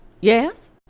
Yes